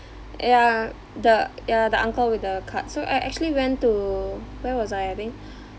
yeah the ya the uncle with the cart so I actually went to where was I having